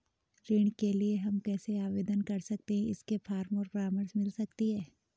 ऋण के लिए हम कैसे आवेदन कर सकते हैं इसके फॉर्म और परामर्श मिल सकती है?